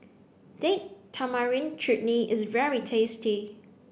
date tamarind chutney is very tasty